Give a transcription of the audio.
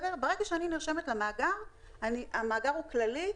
ברגע שאני נרשמת למאגר, המאגר הוא כללי,